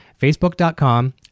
facebook.com